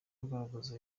agaragaza